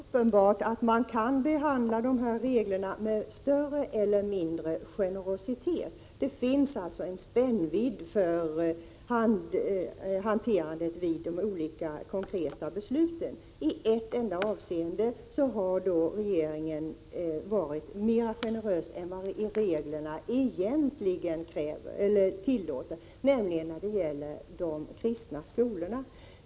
Fru talman! Det är uppenbart att dessa regler kan tillämpas med större eller mindre generositet. Det finns alltså en spännvidd i hanteringen av reglerna inför de olika konkreta besluten. I ett enda avseende har regeringen varit mer generös än vad reglerna egentligen tillåter, nämligen när det gäller de kristna skolorna.